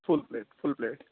full plate full plate